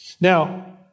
Now